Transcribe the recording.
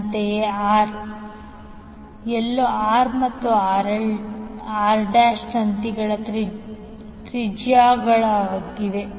ಅಂತೆಯೇ Rρlr2 ಎಲ್ಲೋ r ಮತ್ತು r ತಂತಿಗಳ ತ್ರಿಜ್ಯಗಳಾಗಿವೆ